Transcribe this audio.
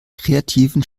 kreativen